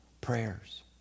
prayers